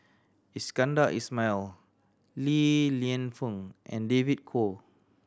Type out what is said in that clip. Iskandar Ismail Li Lienfung and David Kwo